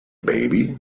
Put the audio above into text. baby